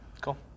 Cool